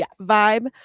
vibe